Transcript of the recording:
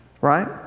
right